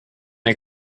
ein